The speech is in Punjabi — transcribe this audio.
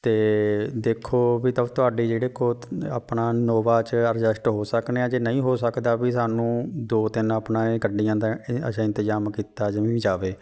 ਅਤੇ ਦੇਖੋ ਵੀ ਤ ਤੁਹਾਡੇ ਜਿਹੜੇ ਕੋਤ ਆਪਣਾ ਨੋਵਾ 'ਚ ਐਡਜਸਟ ਹੋ ਸਕਦੇ ਆ ਜੇ ਨਹੀਂ ਹੋ ਸਕਦਾ ਵੀ ਸਾਨੂੰ ਦੋ ਤਿੰਨ ਆਪਣਾ ਗੱਡੀਆਂ ਦਾ ਅੱਛਾ ਇੰਤਜ਼ਾਮ ਕੀਤਾ ਜਮੀ ਵੀ ਜਾਵੇ